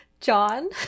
John